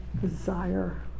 desire